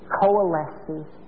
coalesces